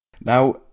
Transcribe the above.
Now